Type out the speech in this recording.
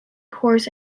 cores